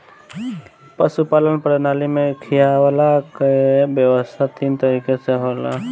पशुपालन प्रणाली में खियवला कअ व्यवस्था तीन तरीके से होला